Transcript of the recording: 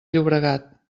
llobregat